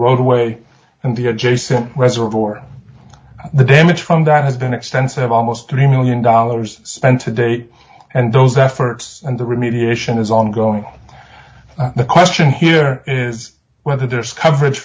roadway and the adjacent reservoir the damage from that has been extensive almost three million dollars spent to date and those efforts and the remediation is ongoing the question here is whether there's coverage